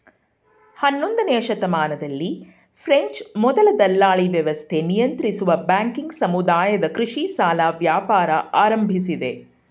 ಹನ್ನೊಂದನೇಯ ಶತಮಾನದಲ್ಲಿ ಫ್ರೆಂಚ್ ಮೊದಲ ದಲ್ಲಾಳಿವ್ಯವಸ್ಥೆ ನಿಯಂತ್ರಿಸುವ ಬ್ಯಾಂಕಿಂಗ್ ಸಮುದಾಯದ ಕೃಷಿ ಸಾಲ ವ್ಯಾಪಾರ ಆರಂಭಿಸಿದೆ